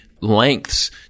lengths